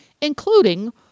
including